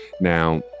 now